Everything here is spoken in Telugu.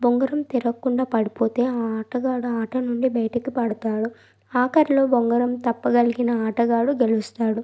బొంగరం తిరగకుండా పడిపోతే ఆ ఆటగాడు ఆ ఆట నుండి బయటికి పడతాడు ఆఖరిలో బొంగరం తప్పగలిగిన ఆటగాడు గెలుస్తాడు